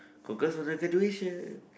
congrats on graduation